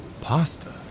Pasta